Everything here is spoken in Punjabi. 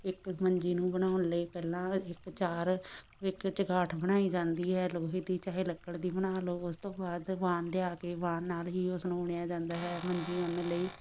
ਇੱਕ ਮੰਜੀ ਨੂੰ ਬਣਾਉਣ ਲਈ ਪਹਿਲਾਂ ਇੱਕ ਚਾਰ ਵਿਕ ਚੁਗਾਠ ਬਣਾਈ ਜਾਂਦੀ ਹੈ ਲੋਹੇ ਦੀ ਚਾਹੇ ਲੱਕੜ ਦੀ ਬਣਾ ਲਉ ਉਸ ਤੋਂ ਬਾਅਦ ਵਾਣ ਲਿਆ ਕੇ ਵਾਣ ਨਾਲ ਹੀ ਉਸ ਨੂੰ ਬੁਣਿਆ ਜਾਂਦਾ ਹੈ ਮੰਜੀ ਉਹਨਾਂ ਲਈ